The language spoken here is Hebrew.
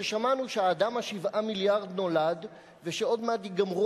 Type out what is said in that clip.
ששמענו שהאדם ה-7 מיליארד נולד ושעוד מעט ייגמרו